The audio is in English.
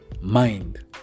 mind